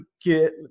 get